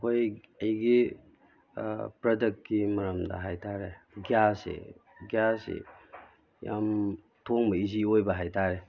ꯍꯣꯏ ꯑꯩꯒꯤ ꯄ꯭ꯔꯗꯛꯀꯤ ꯃꯔꯝꯗ ꯍꯥꯏꯇꯥꯔꯦ ꯒꯦꯁꯁꯦ ꯒꯦꯁꯁꯦ ꯌꯥꯝ ꯊꯣꯡꯕ ꯏꯖꯤ ꯑꯣꯏꯕ ꯍꯥꯏꯕꯇꯥꯔꯦ